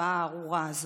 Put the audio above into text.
התופעה הארורה הזאת.